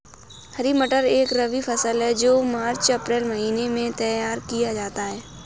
हरी मटर एक रबी फसल है जो मार्च अप्रैल महिने में तैयार किया जाता है